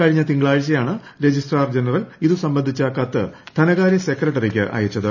കഴിഞ്ഞ തിങ്കളാഴ്ച്ചയാണ് registrar general ഇതുസംബന്ധിച്ച കത്ത് ധന്യകാര്യ് സെക്രട്ടറിക്ക് അയച്ചത്